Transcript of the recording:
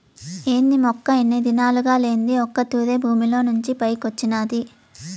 ఏంది మొక్క ఇన్ని దినాలుగా లేంది ఒక్క తూరె భూమిలోంచి పైకొచ్చినాది